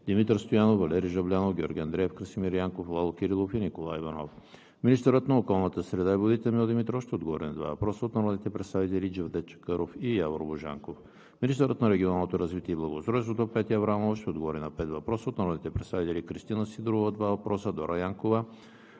Димитър Стоянов, Валери Жаблянов, Георги Андреев, Красимир Янков, Лало Кирилов и Николай Иванов. 5. Министърът на околната среда и водите Емил Димитров ще отговори на два въпроса от народните представители Джевдет Чакъров; и Явор Божанков. 6. Министърът на регионалното развитие и благоустройството Петя Аврамова ще отговори на пет въпроса от народните представители Кристина Сидорова – два въпроса; Дора Янкова,